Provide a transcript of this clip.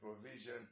provision